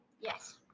Yes